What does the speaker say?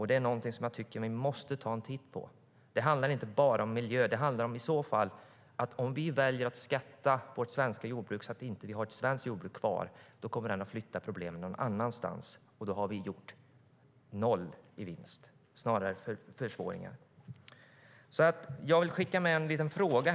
Det är någonting som vi måste ta en titt på. Det handlar inte bara om miljö. Om vi väljer att beskatta vårt jordbruk så att vi inte har ett svenskt jordbruk kvar kommer problemen att flytta någon annanstans, och då har vi gjort noll i vinst och snarare försvårat. Jag vill passa på att skicka med en liten fråga.